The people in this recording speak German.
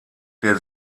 der